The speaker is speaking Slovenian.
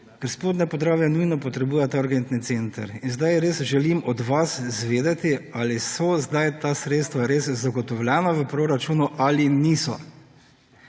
ker Spodnje Podravje nujno potrebuje ta urgentni center. Zdaj res želim od vas izvedeti, ali so zdaj ta sredstva res zagotovljena v proračunu ali niso.